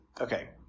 Okay